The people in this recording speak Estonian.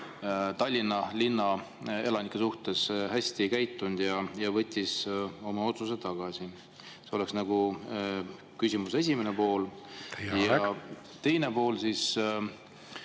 Tallinna linna elanike suhtes hästi ei käitunud ja võttis oma otsuse tagasi? See oleks nagu küsimuse esimene pool. Teie aeg! Ja